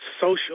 social